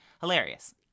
Hilarious